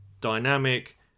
dynamic